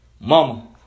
Mama